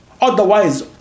otherwise